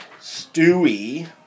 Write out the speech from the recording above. Stewie